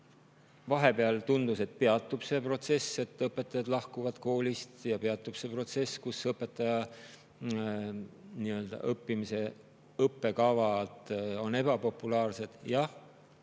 Vahepeal tundus, et peatub see protsess, et õpetajad lahkuvad koolist, ja peatub see protsess, et õpetajaks õppimise õppekavad on ebapopulaarsed. Jah,